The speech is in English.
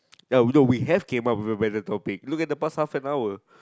ya we don't we have came out by topic look at the past half an hour